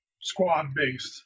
squad-based